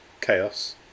chaos